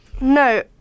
no